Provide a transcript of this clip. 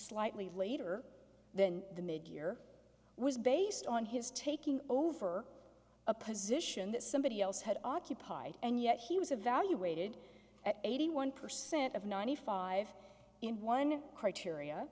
slightly later than the mid year was based on his taking over a position that somebody else had and yet he was evaluated at eighty one percent of ninety five in one criteria